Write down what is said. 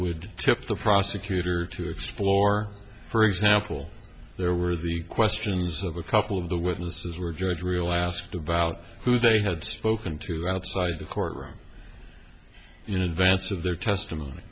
would tip the prosecutor to explore for example there were the questions of a couple of the witnesses were judged real asked about who they had spoken to outside the court room in advance of their testimony